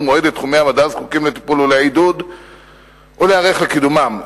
מועד את תחומי המדע הזקוקים לטיפול ולעידוד ולהיערך לקידומם.